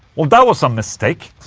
well, that was a mistake